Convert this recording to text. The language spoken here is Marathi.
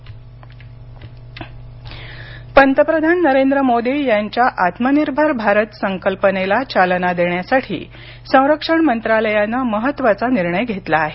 राजनाथसिंह पंतप्रधान नरेंद्र मोदी यांच्या आत्मनिर्भर भारत संकल्पनेला चालना देण्यासाठी संरक्षण मंत्रालयानं महत्त्वाचा निर्णय घेतला आहे